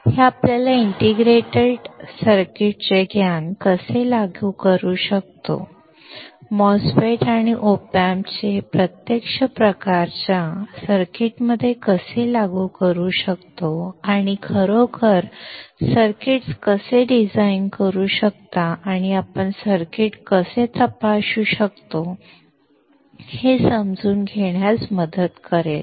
हे आपल्याला इंटिग्रेटेड सर्किट्सचे ज्ञान कसे लागू करू शकतो MOSFETs आणि op amps हे प्रत्यक्ष प्रकारच्या सर्किट्समध्ये कसे लागू करू शकतो आणि आपण खरोखर सर्किट्स कसे डिझाइन करू शकता आणि आपण सर्किट कसे तपासू शकता हे समजून घेण्यास मदत करेल